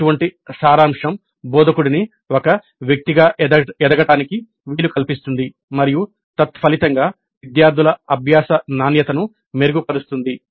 ఇటువంటి సారాంశం బోధకుడిని ఒక వ్యక్తిగా ఎదగడానికి వీలు కల్పిస్తుంది మరియు తత్ఫలితంగా విద్యార్థుల అభ్యాస నాణ్యతను మెరుగుపరుస్తుంది